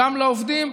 גם לעובדים.